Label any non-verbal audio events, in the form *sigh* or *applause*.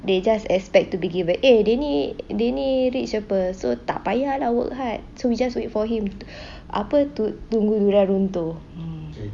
they just expect to be given eh dia ni rich apa so tak payah lah work hard so we just wait for him *breath* apa to durian runtuh